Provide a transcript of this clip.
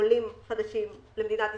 עולים חדשים רופאים למדינת ישראל,